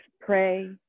pray